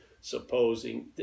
Supposing